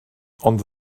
ond